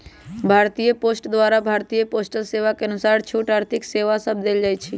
भारतीय पोस्ट द्वारा भारतीय पोस्टल सेवा के अनुसार छोट आर्थिक सेवा सभ देल जाइ छइ